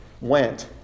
went